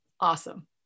awesome